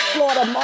Florida